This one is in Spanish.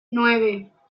nueve